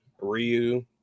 Ryu